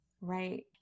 Right